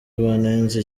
banenze